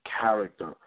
character